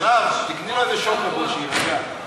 מירב, תקני לו איזה שוקו, שיירגע.